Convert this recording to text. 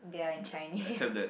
they are in Chinese